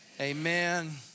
Amen